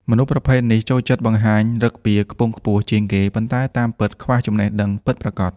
មនុស្សប្រភេទនេះចូលចិត្តបង្ហាញឫកពាខ្ពង់ខ្ពស់ជាងគេ ប៉ុន្តែតាមពិតខ្វះចំណេះដឹងពិតប្រាកដ។